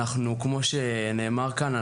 כמו שנאמר כאן,